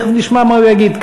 תכף נשמע מה הוא יגיד.